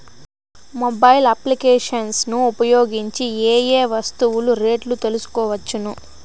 Mobile applications ను ఉపయోగించి ఏ ఏ వస్తువులు రేట్లు తెలుసుకోవచ్చును?